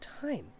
time